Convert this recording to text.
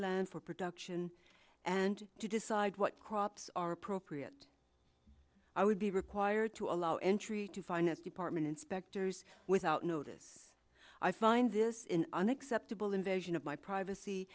land for production and to decide what crops are appropriate i would be required to allow entry to finance department inspectors without notice i find this in unacceptable invasion of my privacy